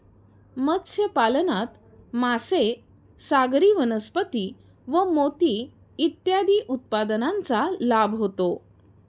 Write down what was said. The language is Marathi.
मत्स्यपालनात मासे, सागरी वनस्पती व मोती इत्यादी उत्पादनांचा लाभ होतो